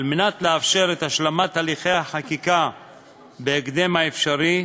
על מנת לאפשר את השלמת הליכי החקיקה בהקדם האפשרי,